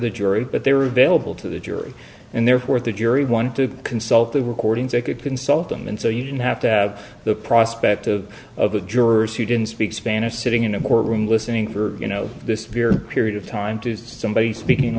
the jury but they were available to the jury and therefore if the jury wanted to consult the recordings they could consult them and so you didn't have to have the prospect of of the jurors who didn't speak spanish sitting in a courtroom listening for you know this period of time to somebody speaking